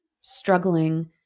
struggling